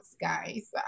guys